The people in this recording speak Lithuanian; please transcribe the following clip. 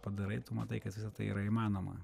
padarai tu matai kad visa tai yra įmanoma